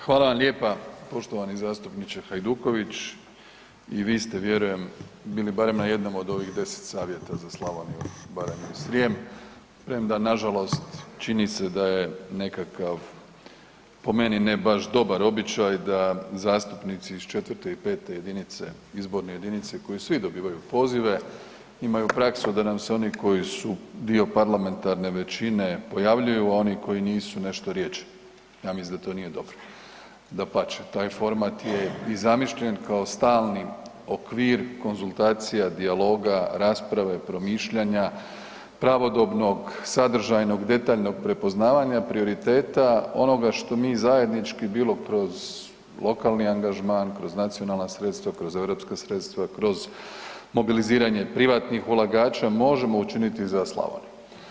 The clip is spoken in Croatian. Hvala vam lijepa poštovani zastupniče Hajduković i vi ste vjerujem bili barem na jednom od ovih 10 savjeta za Slavoniju, Baranju i Srijem, premda nažalost čini se da je nekakav po meni ne baš dobar običaj da zastupnici iz IV i V jedinice, izborne jedinice koji svi dobivaju pozive imaju praksu da nam se oni koji su dio parlamentarne većine pojavljuju, a oni koji nisu nešto rjeđe, ja mislim da to nije dobro, dapače, taj format je i zamišljen kao stalni okvir konzultacija, dijaloga, rasprave i promišljanja pravodobnog, sadržajnog, detaljnog prepoznavanja prioriteta onoga što mi zajednički bilo kroz lokalni angažman, kroz nacionalna sredstva, kroz europska sredstva, kroz mobiliziranje privatnih ulagača možemo učiniti za Slavoniju.